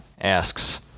asks